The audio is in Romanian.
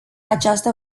această